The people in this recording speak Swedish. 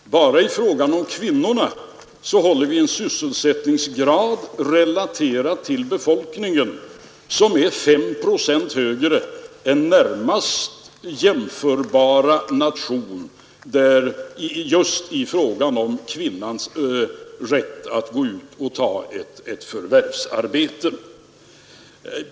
När det gäller just kvinnans rätt att gå ut och ta ett förvärvsarbete håller vi en sysselsättningsgrad, relaterad till befolkningen, som är 5 procent högre än för närmast jämförbara nation. Herr talman!